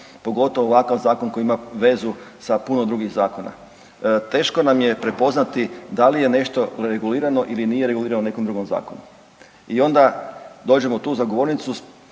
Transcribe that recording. pogotovo ovakav zakon koji ima vezu sa puno drugih zakona. Teško nam je prepoznati da li je nešto regulirano ili nije regulirano ili nije regulirano u nekom drugom zakonu i onda dođemo tu za govornicu,